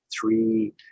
three